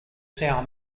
sour